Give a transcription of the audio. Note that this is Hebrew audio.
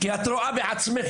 את רואה בעצמך,